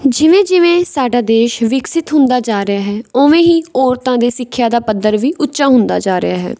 ਜਿਵੇਂ ਜਿਵੇਂ ਸਾਡਾ ਦੇਸ਼ ਵਿਕਸਿਤ ਹੁੰਦਾ ਜਾ ਰਿਹਾ ਹੈ ਉਵੇਂ ਹੀ ਔਰਤਾਂ ਦੇ ਸਿੱਖਿਆ ਦਾ ਪੱਧਰ ਵੀ ਉੱਚਾ ਹੁੰਦਾ ਜਾ ਰਿਹਾ ਹੈ